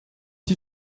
die